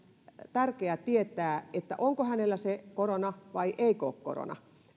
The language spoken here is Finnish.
tärkeä tietää onko hänellä korona vai eikö ole korona